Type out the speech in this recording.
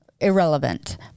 irrelevant